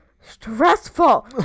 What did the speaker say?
Stressful